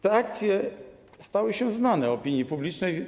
Te akcje stały się znane opinii publicznej.